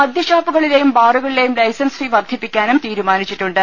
മദൃഷാപ്പുകളിലെയും ബാറുകളിലെയും licence fee വർദ്ധിപ്പിക്കാനും തീരുമാനിച്ചിട്ടുണ്ട്